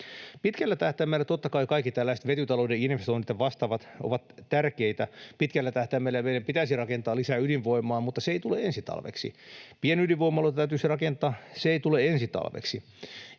Pitkällä tähtäimellä, totta kai, kaikki tällaiset vetytalouden investoinnit ja vastaavat ovat tärkeitä. Pitkällä tähtäimellä meidän pitäisi rakentaa lisää ydinvoimaa, mutta se ei tule ensi talveksi. Pienydinvoimaloita täytyisi rakentaa — ne eivät tule ensi talveksi.